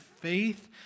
faith